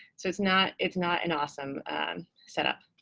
so it's not it's not an awesome setup.